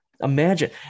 imagine